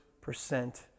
percent